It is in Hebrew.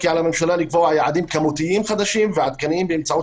כי על הממשלה לקבוע יעדים כמותיים חדשים ועדכניים באמצעות